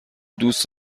دوست